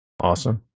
awesome